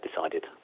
decided